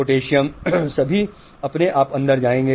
potassium सभी अपने आप अंदर जाएगा